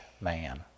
man